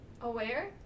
aware